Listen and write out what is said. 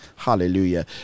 hallelujah